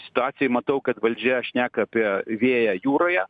situacijoj matau kad valdžia šneka apie vėją jūroje